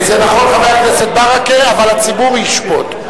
זה נכון, חבר הכנסת ברכה, אבל הציבור ישפוט.